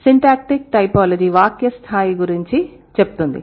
syntactic typology వాక్య స్థాయి గురించి చెప్తుంది